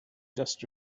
just